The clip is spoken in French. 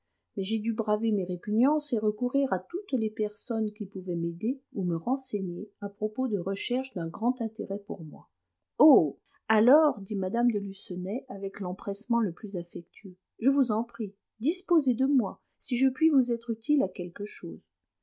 mais j'ai dû braver mes répugnances et recourir à toutes les personnes qui pouvaient m'aider ou me renseigner à propos de recherches d'un grand intérêt pour moi oh alors dit mme de lucenay avec l'empressement le plus affectueux je vous en prie disposez de moi si je puis vous être utile à quelque chose